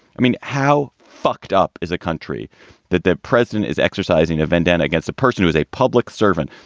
i mean, how fucked up is a country that the president is exercising a vendetta against a person who is a public servant?